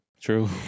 True